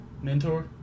Mentor